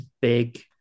big